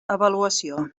avaluació